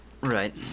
Right